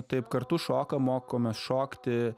taip kartu šokam mokomės šokti